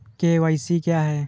KYC क्या है?